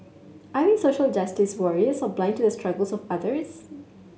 are we social justice warriors or blind to the struggles of others